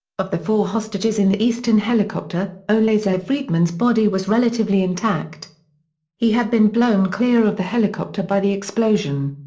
of the four hostages in the eastern helicopter, only ze'ev friedman's body was relatively intact he had been blown clear of the helicopter by the explosion.